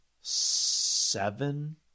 seven